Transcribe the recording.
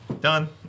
Done